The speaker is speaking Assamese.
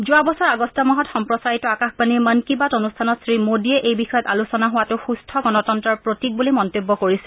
যোৱা বছৰ আগষ্ট মাহত সম্প্ৰচাৰিত আকাশবাণীৰ মন কি বাত অনুষ্ঠানত শ্ৰীমোডীয়ে এই বিষয়ত আলোচনা হোৱাতো সুস্থ গণতন্ত্ৰৰ প্ৰতীক বুলি মন্তব্য কৰিছিল